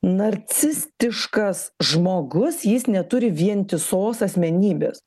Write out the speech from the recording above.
narcistiškas žmogus jis neturi vientisos asmenybės